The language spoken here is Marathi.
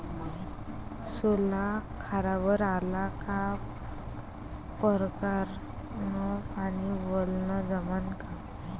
सोला खारावर आला का परकारं न पानी वलनं जमन का?